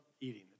eating